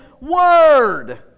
word